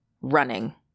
running